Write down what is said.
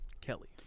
Kelly